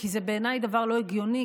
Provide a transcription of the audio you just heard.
כי זה בעיניי דבר לא הגיוני,